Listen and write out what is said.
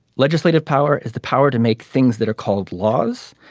legislative power as the power to make things that are called laws.